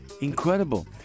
Incredible